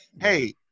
Hey